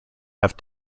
have